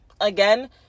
again